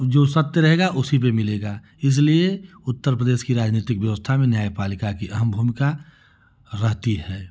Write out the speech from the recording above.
जो सत्य रहेगा उसी पर मिलेगा इसलिए उत्तरप्रदेश की राजनीतिक बेओस्था में न्याय पालिका की अहम भूमिका रहती है